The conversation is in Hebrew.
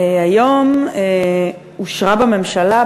היום אושרה בממשלה,